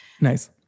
Nice